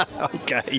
okay